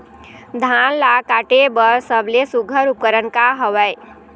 धान ला काटे बर सबले सुघ्घर उपकरण का हवए?